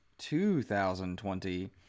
2020